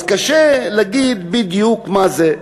קשה להגיד בדיוק מה זה.